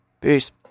Peace